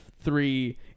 three